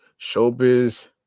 Showbiz